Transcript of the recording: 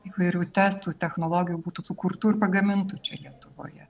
įvairių testų technologijų būtų sukurtų ir pagamintų čia lietuvoje